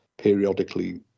Periodically